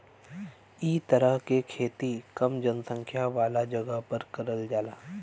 इ तरह के खेती कम जनसंख्या वाला जगह पर करल जाला